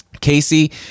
Casey